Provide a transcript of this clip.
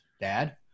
dad